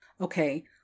Okay